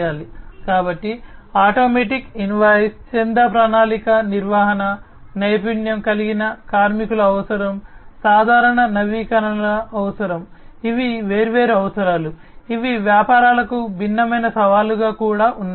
కాబట్టి automatic invoice చందా ప్రణాళిక నిర్వహణ నైపుణ్యం కలిగిన కార్మికుల అవసరం సాధారణ నవీకరణల అవసరం ఇవి వేర్వేరు అవసరాలు ఇవి వ్యాపారాలకు భిన్నమైన సవాళ్లుగా కూడా ఉన్నాయి